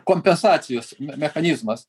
kompensacijos mechanizmas